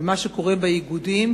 במה שקורה באיגודים,